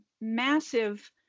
massive